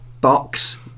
box